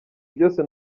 byose